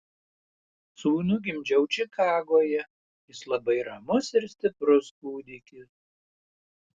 sūnų gimdžiau čikagoje jis labai ramus ir stiprus kūdikis